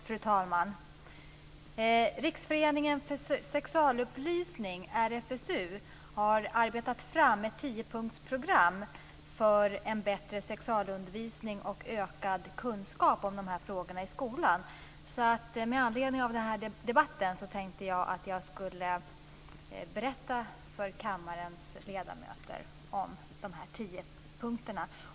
Fru talman! Riksföreningen för sexualupplysning, RFSU, har arbetat fram ett tiopunktsprogram för en bättre sexualundervisning och för ökad kunskap om de här frågorna i skolan. Med anledning av den här debatten tänkte jag att jag skulle berätta för kammarens ledamöter om de tio punkterna.